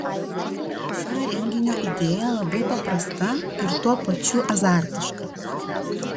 šio renginio idėja labai paprasta ir tuo pačiu azartiška